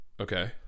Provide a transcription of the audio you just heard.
Okay